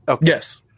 Yes